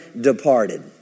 departed